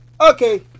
okay